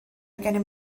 gennym